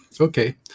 Okay